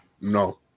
No